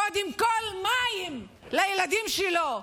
קודם כול מים לילדים שלו,